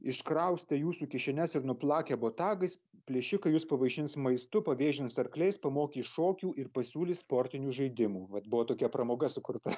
iškraustę jūsų kišenes ir nuplakę botagais plėšikai jus pavaišins maistu pavėžins arkliais pamokys šokių ir pasiūlys sportinių žaidimų vat buvo tokia pramoga sukurta